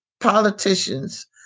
politicians